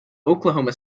oklahoma